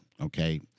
Okay